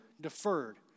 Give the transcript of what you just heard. deferred